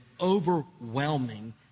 overwhelming